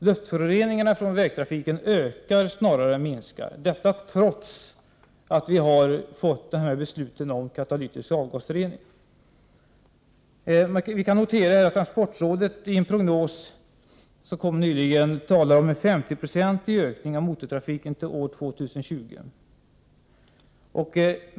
Luftföroreningarna från vägtrafiken snarare ökar än minskar, trots att vi har fått beslut om katalytisk avgasrening. Vi kan notera att transportrådet i en prognos som kom nyligen talade om en 50-procentig ökning av motortrafiken till år 2020.